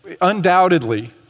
Undoubtedly